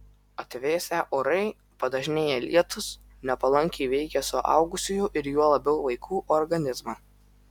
atvėsę orai padažnėję lietūs nepalankiai veikia suaugusiųjų ir juo labiau vaikų organizmą